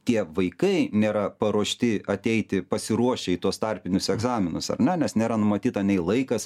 tie vaikai nėra paruošti ateiti pasiruošę į tuos tarpinius egzaminus ar ne nes nėra numatyta nei laikas